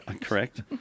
Correct